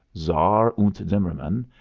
czaar und zimmermann,